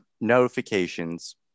notifications